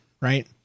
right